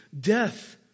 death